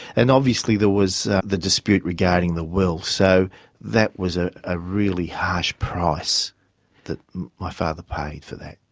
and obviously there was the dispute regarding the will. so that was a ah really harsh price that my father paid for that.